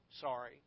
sorry